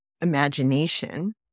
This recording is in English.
imagination